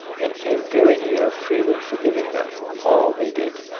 and came very near freely forgiving them all they did.